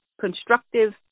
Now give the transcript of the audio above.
constructive